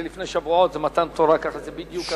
זה לפני שבועות, זה מתן תורה, זה בדיוק הזמן.